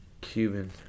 Cuban